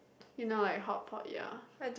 you know like hotpot ya